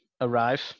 arrive